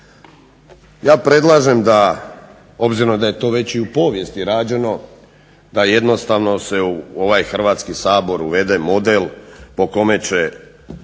Ja predlažem da, obzirom da je to već i u povijesti rađeno da jednostavno se u ovaj Hrvatski sabor uvede model po kome će